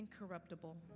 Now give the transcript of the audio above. incorruptible